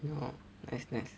ya nice nice